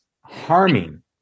harming